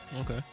Okay